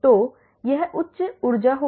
तो यह उच्च ऊर्जा होगी